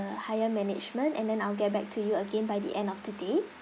higher management and then I'll get back to you again by the end of today